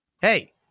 Hey